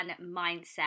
mindset